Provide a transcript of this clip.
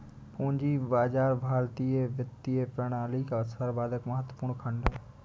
पूंजी बाजार भारतीय वित्तीय प्रणाली का सर्वाधिक महत्वपूर्ण खण्ड है